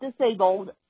disabled